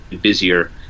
busier